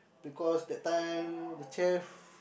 because that time the chef